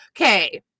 Okay